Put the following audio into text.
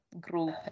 group